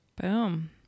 Boom